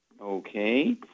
Okay